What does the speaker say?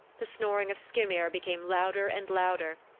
the snoring of skyrmir became louder and louder.